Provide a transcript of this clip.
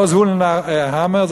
או זבולון המר,